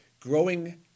Growing